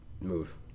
move